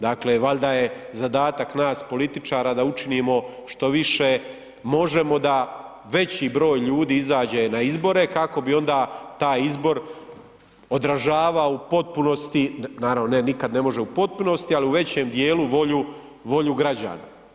Dakle, valjda je zadatak nas političara da učinimo što više možemo da veći broj ljudi izađe na izbore kako bi onda taj izbor odražavao u potpunosti, naravno, nikad ne može u potpunosti ali u većem djelu volju građana.